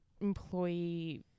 employee